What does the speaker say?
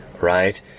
right